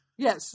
Yes